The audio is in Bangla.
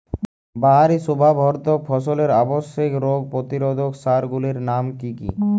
বাহারী শোভাবর্ধক ফসলের আবশ্যিক রোগ প্রতিরোধক সার গুলির নাম কি কি?